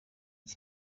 iki